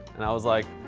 and i was like,